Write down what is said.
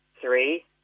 three